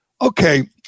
Okay